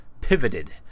pivoted